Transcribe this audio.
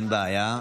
אין בעיה.